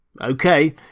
Okay